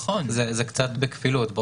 זה קצת בכפילות.